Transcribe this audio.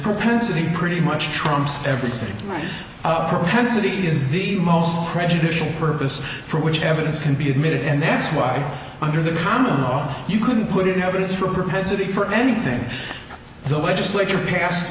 propensity pretty much trumps everything for tensity is the most prejudicial purpose for which evidence can be admitted and that's why under the common no you couldn't put in evidence for a propensity for anything the legislature pas